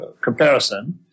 comparison